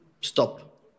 Stop